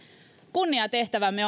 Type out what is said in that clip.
kunniatehtävämme